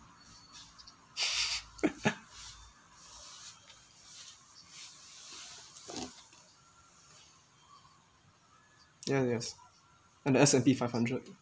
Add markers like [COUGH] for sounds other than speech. [LAUGHS] ya yes and the S and P five hundred